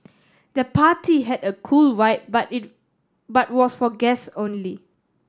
the party had a cool vibe but it but was for guests only